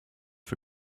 für